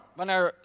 Wanneer